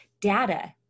data